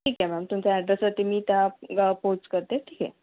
ठीक आहे मॅम तुमच्या ॲड्रेसवरती मी त्या पोच करते ठीक आहे